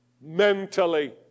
mentally